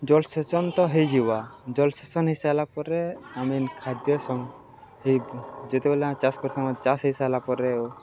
ଜଳ୍ସେଚନ୍ ତ ହେଇଯିବା ଜଳ୍ସେଚନ୍ ହେଇସାର୍ଲା ପରେ ଆମେ ଯେନ୍ ଖାଦ୍ୟ ସ ହେଇ ଯେତେବେଲେ ଆମେ ଚାଷ କର୍ସୁଁ ଚାଷ୍ ହେଇସାର୍ଲା ପରେ